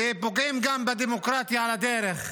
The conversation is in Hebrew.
ופוגעים גם בדמוקרטיה על הדרך.